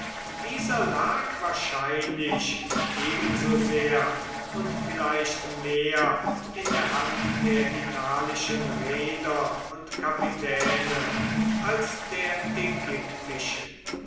dieser lag wahrscheinlich ebenso sehr und vielleicht mehr in der hand der italischen reeder und kapitäne als der ägyptischen